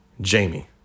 Jamie